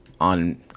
on